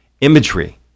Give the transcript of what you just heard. imagery